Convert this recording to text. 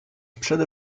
przede